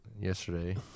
yesterday